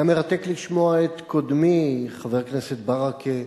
היה מרתק לשמוע את קודמי, חבר הכנסת ברכה,